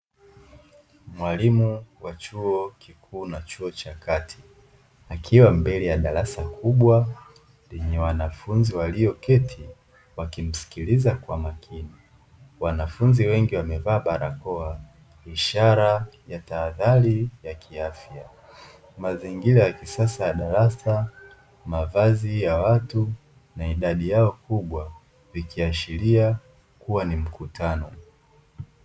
Mwalimu wa chuo kikuu na chuo cha kati akiwa mbele ya darasa kubwa lenye wanafunzi walioketi wakimsilikiza kwa makini. Wanafunzi wengi wamevaa barakoa ishara ya tahadhari ya kiafya. Mazingira ya kisasa ya darasa, mavazi ya watu na idadi yao kubwa vikiashiria kuwa ni mkutano.